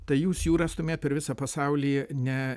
tai jūs jų rastumėt per visą pasauly ne